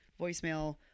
voicemail